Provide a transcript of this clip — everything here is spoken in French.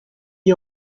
est